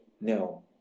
no